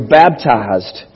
baptized